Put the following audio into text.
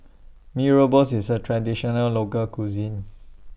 Mee Rebus IS A Traditional Local Cuisine